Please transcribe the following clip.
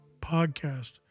Podcast